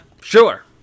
Sure